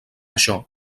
això